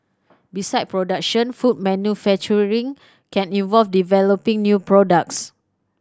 beside production food manufacturing can involve developing new products